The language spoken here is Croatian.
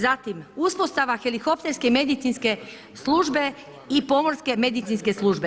Zatim uspostava helikopterske medicinske službe i pomorske medicinske službe.